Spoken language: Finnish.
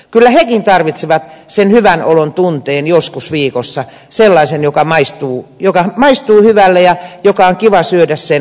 kyllä hekin tarvitsevat sen hyvän olon tunteen joskus viikossa sellaisen joka maistuu hyvälle joka on kiva syödä sen kouluruuan jälkeen